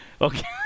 Okay